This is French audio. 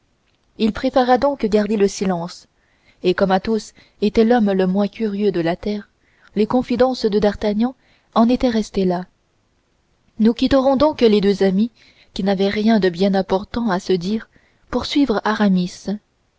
il préféra donc garder le silence et comme athos était l'homme le moins curieux de la terre les confidences de d'artagnan en étaient restées là nous quitterons donc les deux amis qui n'avaient rien de bien important à se dire pour suivre aramis à